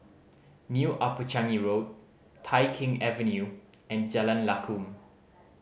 New Upper Changi Road Tai Keng Avenue and Jalan Lakum